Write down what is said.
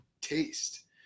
taste